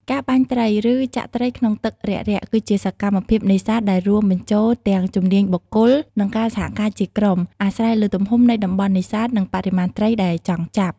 ការបាញ់ត្រី ឬចាក់ត្រីក្នុងទឹករាក់ៗ គឺជាសកម្មភាពនេសាទដែលរួមបញ្ចូលទាំងជំនាញបុគ្គល និងការសហការជាក្រុម អាស្រ័យលើទំហំនៃតំបន់នេសាទ និងបរិមាណត្រីដែលចង់ចាប់។